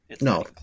No